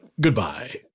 goodbye